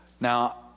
Now